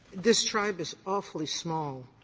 this tribe is awfully small.